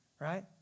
right